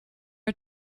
are